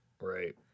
Right